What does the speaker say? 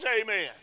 amen